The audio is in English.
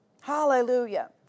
Hallelujah